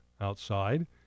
outside